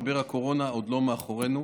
משבר הקורונה עדיין לא מאחורינו.